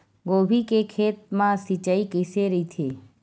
गोभी के खेत मा सिंचाई कइसे रहिथे?